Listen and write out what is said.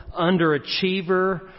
underachiever